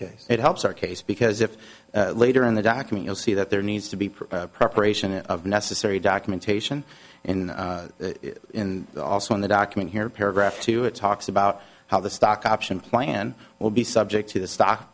case it helps our case because if later in the document you'll see that there needs to be preparation of necessary documentation in the in also in the document here paragraph two it talks about how the stock option plan will be subject to the stock